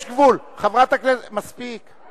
יש גבול, חברת הכנסת, מספיק.